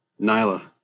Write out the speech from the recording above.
Nyla